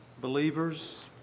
believers